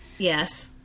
Yes